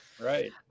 Right